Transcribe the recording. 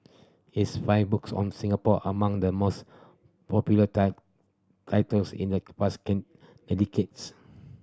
his five books on Singapore among the most popular titles in the past in decades